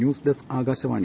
news desk Akashvani